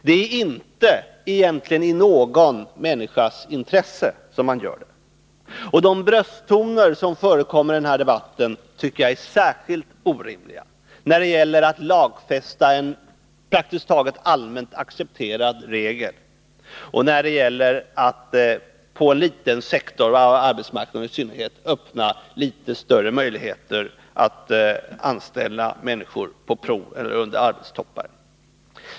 Det är inte i någon människas intresse som man går fram på detta sätt, och de brösttoner som förekommer i debatten är särskilt orimliga när det gäller att lagfästa en praktiskt taget allmänt accepterad regel på en liten sektor av arbetsmarknaden i syfte att öppna litet större möjligheter att anställa människor på prov eller under arbetstoppar.